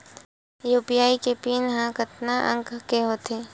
UPI के PIN कतका अंक के होथे?